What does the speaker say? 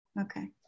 Okay